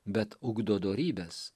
bet ugdo dorybes